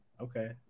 Okay